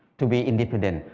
to be independent,